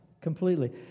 completely